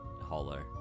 holler